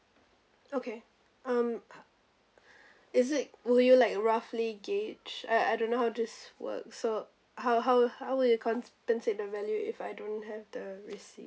okay um is it would you like roughly gauge I I don't know how this works so how how how will you compensate the value if I don't have the receipt